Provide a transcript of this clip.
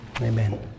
Amen